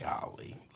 Golly